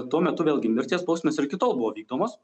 tuo metu vėlgi mirties bausmės ir iki tol buvo vykdomos